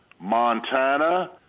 Montana